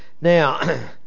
Now